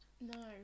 no